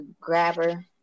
grabber